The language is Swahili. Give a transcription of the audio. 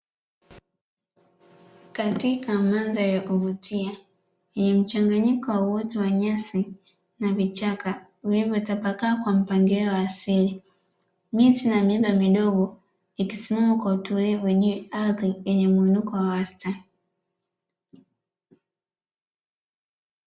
Katika mandhari ya kuvutia, yenye mchanganyiko wa uoto wa nyasi na vichaka, vilivyotapakaa kwa mpangilio wa asili, miti na miiba midogo ikisimama kwa utulivu juu ya ardhi yenye muinuko wa wastani.